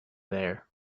there